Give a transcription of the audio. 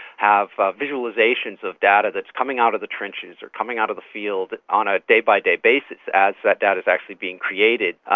have ah visualisations of data that is coming out of the trenches or coming out of the field on a day-by-day basis as that data is actually being created,